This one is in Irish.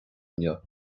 inniu